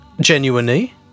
genuinely